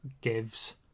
gives